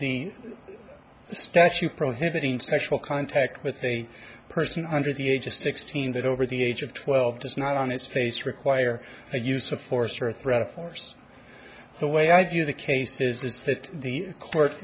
the statue prohibiting special contact with a person under the age of sixteen that over the age of twelve does not on his face require a use of force or threat of force the way i view the case is that the court